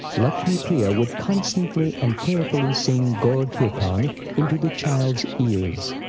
lakshmi-priya would constantly and prayerfully sing gaur-kirtan into the child's ears.